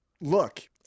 Look